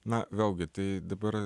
na vėlgi tai dabar